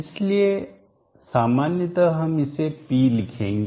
इसलिए सामान्यतः हम इसे P लिखेंगे